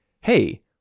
hey